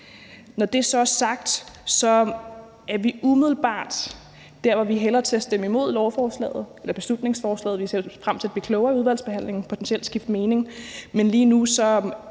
Når det så er sagt, er vi umiddelbart der, hvor vi hælder til at stemme imod beslutningsforslaget. Vi ser frem til at blive klogere i udvalgsbehandlingen og potentielt skifte mening. Men lige nu er